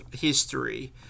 history